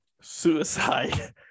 suicide